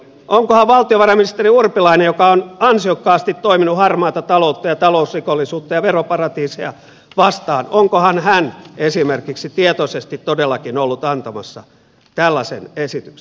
onkohan valtiovarainministeri urpilainen joka on ansiokkaasti toiminut harmaata taloutta ja talousrikollisuutta ja veroparatiiseja vastaan esimerkiksi tietoisesti todellakin ollut antamassa tällaisen esityksen